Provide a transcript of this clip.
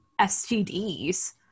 STDs